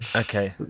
Okay